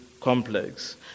complex